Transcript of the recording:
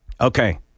Okay